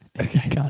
okay